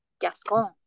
gascon